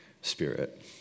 Spirit